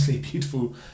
Beautiful